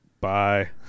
Bye